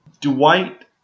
Dwight